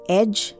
edge